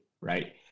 right